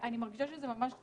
אני מרגישה שזה ממש,